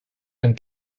and